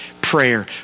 prayer